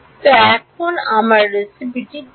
তো এখন আমার রেসিপিটি কী